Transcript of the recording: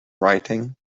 writing